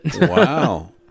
Wow